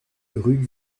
rue